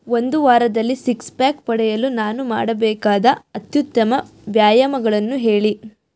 ಒಂದು ವಾರದಲ್ಲಿ six pack ಪಡೆಯಲು ನಾನು ಮಾಡಬೇಕಾದ ಅತ್ಯುತ್ತಮ ವ್ಯಾಯಾಮಗಳನ್ನು ಹೇಳಿ